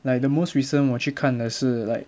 like the most recent 我去看的是 like